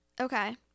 Okay